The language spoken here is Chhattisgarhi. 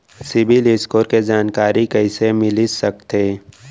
सिबील स्कोर के जानकारी कइसे मिलिस सकथे?